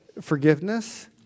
forgiveness